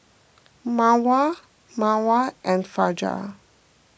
Mawar Mawar and Fajar